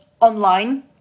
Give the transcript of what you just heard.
online